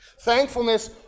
thankfulness